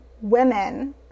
women